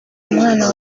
umwana